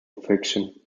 fiction